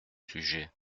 sujet